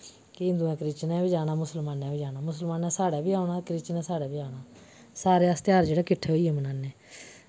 कि हिन्दुयें क्रिसचनैं बी जाना मुस्लमानैं बी जाना मुस्लमानैं साढ़ै बी औना क्रिसचनैं साढ़ै बी औना सारे अस तेहार जेह्ड़े किट्ठे होइयै मनाने